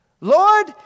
Lord